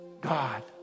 God